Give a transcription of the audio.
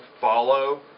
follow